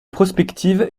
prospective